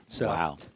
Wow